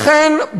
לכן,